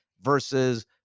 versus